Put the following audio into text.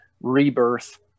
rebirth